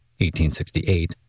1868